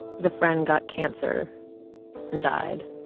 as a friend got cancer and died,